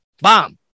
Bomb